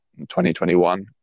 2021